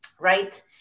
right